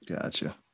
Gotcha